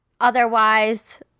Otherwise